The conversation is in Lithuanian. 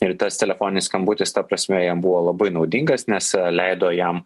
ir tas telefoninis skambutis ta prasme jam buvo labai naudingas nes leido jam